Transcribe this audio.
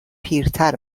پیرتر